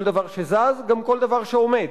כל דבר שזז, גם כל דבר שעומד,